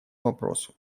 вопросу